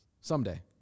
someday